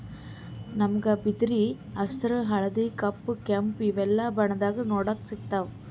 ನಮ್ಗ್ ಬಿದಿರ್ ಹಸ್ರ್ ಹಳ್ದಿ ಕಪ್ ಕೆಂಪ್ ಇವೆಲ್ಲಾ ಬಣ್ಣದಾಗ್ ನೋಡಕ್ ಸಿಗ್ತಾವ್